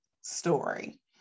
story